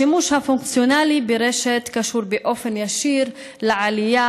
השימוש הפונקציונלי ברשת קשור בקשר ישיר לעלייה